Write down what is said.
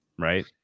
right